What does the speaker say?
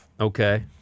Okay